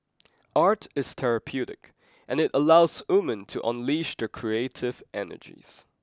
art is therapeutic and it allows women to unleash their creative energies